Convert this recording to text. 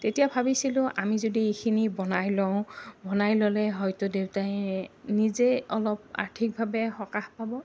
তেতিয়া ভাবিছিলোঁ আমি যদি এইখিনি বনাই লওঁ বনাই ল'লে হয়তো দেউতাই নিজে অলপ আৰ্থিকভাৱে সকাহ পাব